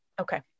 Okay